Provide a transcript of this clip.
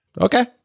okay